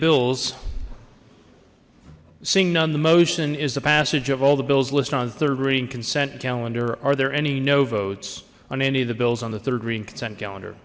bills seeing none the motion is the passage of all the bills listed on third reading consent calendar are there any no votes on any of the bills on the third reading consent calendar